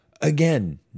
again